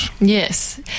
Yes